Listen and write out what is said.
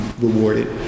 rewarded